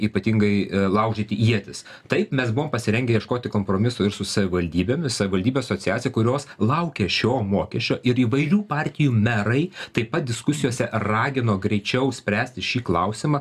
ypatingai laužyti ietis taip mes buvom pasirengę ieškoti kompromisų ir su savivaldybėmis savivaldybių asociacija kurios laukė šio mokesčio ir įvairių partijų merai taip pat diskusijose ragino greičiau spręsti šį klausimą